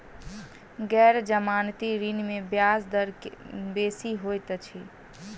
गैर जमानती ऋण में ब्याज दर बेसी होइत अछि